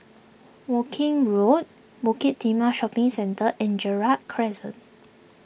Woking Road Bukit Timah Shopping Centre and Gerald Crescent